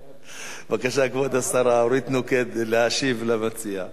בבקשה, כבוד השרה אורית נוקד, להשיב למציע.